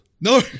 No